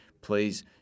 Please